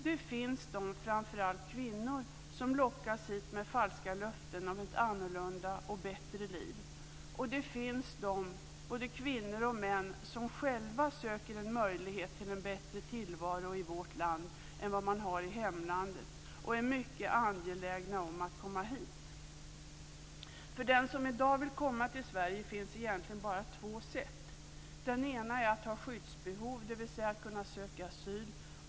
Det finns de, framför allt kvinnor, som lockas hit med falska löften om ett annorlunda och bättre liv, och det finns de, både kvinnor och män, som själva söker en möjlighet till en bättre tillvaro i vårt land än vad man har i hemlandet. De är mycket angelägna om att komma hit. För den som i dag vill komma till Sverige finns egentligen bara två sätt. Det ena är att ha skyddsbehov, dvs. att söka asyl.